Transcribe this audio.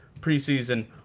preseason